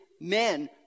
men